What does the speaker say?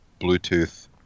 Bluetooth